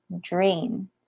drain